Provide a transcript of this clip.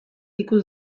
ikus